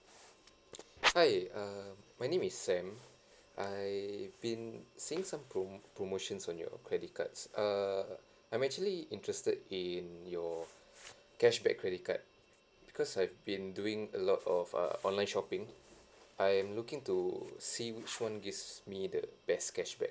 hi err my name is sam I've been seeing some prom~ promotions on your credit cards err I'm actually interested in your cashback credit card because I've been doing a lot of uh online shopping I'm looking to see which one gives me the best cashback